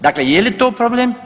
Dakle je li tu problem?